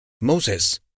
Moses